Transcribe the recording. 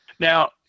Now